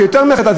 זה יותר מהחלטה,